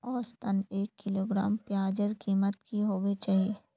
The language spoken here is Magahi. औसतन एक किलोग्राम प्याजेर कीमत की होबे चही?